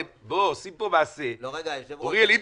אוריאל,